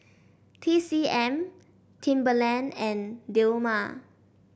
T C M Timberland and Dilmah